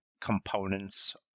components